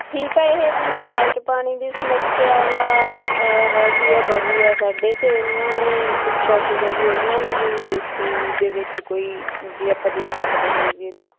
ਠੀਕ ਹੈ ਜਿਵੇਂ ਇਹ ਵਾਈਟ ਪਾਣੀ ਦੀ ਸਮੱਸਿਆ ਵਾ ਹੈਗੀ ਆ ਬਹੂ ਹੈ ਸਾਡੇ ਤਾਂ ਉਹਨਾਂ ਨੇ ਪੁੱਛਿਆ ਸੀਗਾ ਵੀ ਉਹਨਾਂ ਨੂੰ ਵੀ ਦੇਸੀ ਦੇ ਵਿੱਚ ਕੋਈ ਜੇ ਆਪਾਂ ਦੇ ਸਕਦੇ ਹੋਈਏ ਤਾਂ